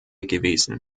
gewesen